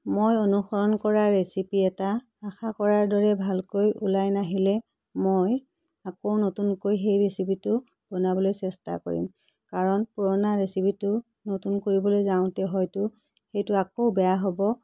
মই অনুসৰণ কৰা ৰেচিপি এটা আশা কৰাৰ দৰে ভালকৈ ওলাই নাহিলে মই আকৌ নতুনকৈ সেই ৰেচিপিটো বনাবলৈ চেষ্টা কৰিম কাৰণ পুৰণা ৰেচিপিটো নতুন কৰিবলৈ যাওঁতে হয়তো সেইটো আকৌ বেয়া হ'ব